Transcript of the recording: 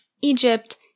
Egypt